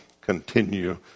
continue